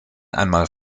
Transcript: einmal